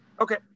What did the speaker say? okay